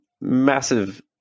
massive